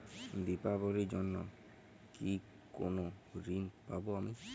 দীপাবলির জন্য কি কোনো ঋণ পাবো আমি?